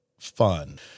Fun